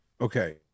okay